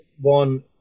one